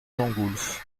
gengoulph